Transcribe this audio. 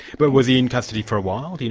but was he in custody for a while, do you